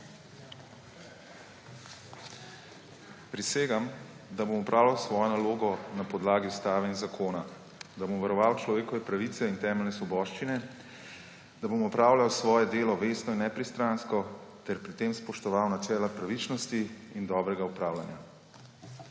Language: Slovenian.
Prisegam, da bom opravljal svojo nalogo na podlagi ustave in zakona, da bom varoval človekove pravice in temeljne svoboščine, da bom opravljal svoje delo vestno in nepristransko ter pri tem spoštoval načela pravičnosti in dobrega upravljanja.